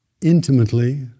intimately